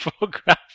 photograph